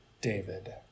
David